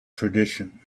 tradition